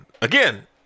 Again